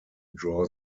draw